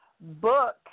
book